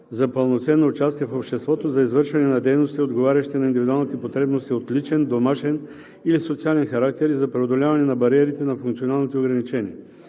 за пълноценно участие в обществото, за извършване на дейности, отговарящи на индивидуалните потребности от личен, домашен или социален характер, и за преодоляване на бариерите на функционалните ограничения.“